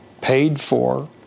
paid-for